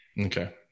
Okay